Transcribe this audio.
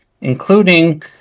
including